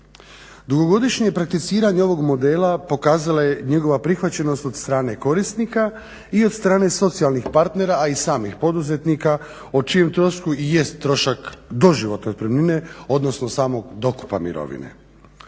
Dugogodišnje prakticiranje novog modela pokazala je njegova prihvaćenost od strane korisnika i od strane socijalnih partnera a i samih poduzetnika o čijem trošku i jest trošak doživotne otpremnine odnosno samog dokupa mirovine.